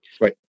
right